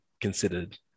considered